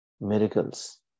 miracles